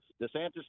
DeSantis